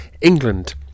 England